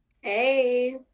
Hey